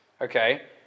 Okay